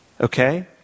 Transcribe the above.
okay